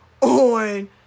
on